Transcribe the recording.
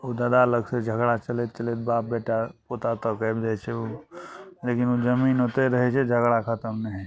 उ बाबा लगसँ झगड़ा चलैत चलैत बाप बेटा पोता तक आबि जाइ छै उ लेकिन ओ जमीन ओत्तय रहय छै झगड़ा खतम नहि होइ छै